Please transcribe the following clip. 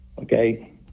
okay